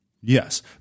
Yes